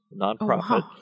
nonprofit